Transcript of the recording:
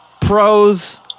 pros